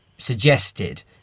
suggested